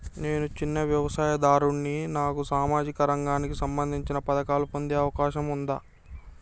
నేను చిన్న వ్యవసాయదారుడిని నాకు సామాజిక రంగానికి సంబంధించిన పథకాలు పొందే అవకాశం ఉందా?